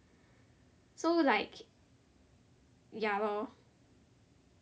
so like ya lor